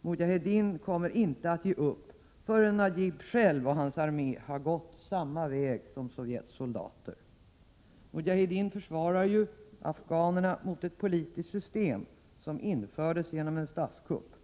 Mujahedin kommer inte att ge upp förrän Najibullah och hans armé gått samma väg som Sovjets soldater. Mujahedin försvarar ju afghanerna mot ett politiskt system som infördes genom en statskupp.